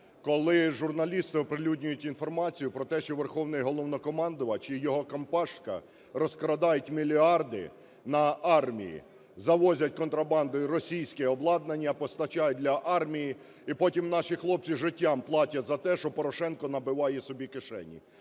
коли журналісти оприлюднюють інформацію про те, що Верховний Головнокомандувач і його компашка розкрадають мільярди на армії, завозять контрабандою російське обладнання, постачають для армії, і потім наші хлопці життям платять за те, що Порошенко набиває собі кишені.